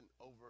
over